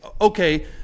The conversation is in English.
Okay